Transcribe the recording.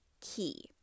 key